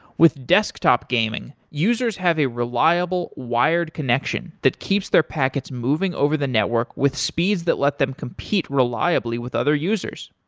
with desktop gaming, users have a reliable wired connection that keeps their packets moving over the network with speeds that let them compete reliably with other users.